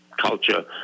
culture